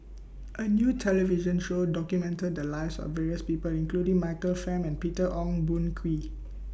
A New television Show documented The Lives of various People including Michael Fam and Peter Ong Boon Kwee